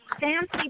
fancy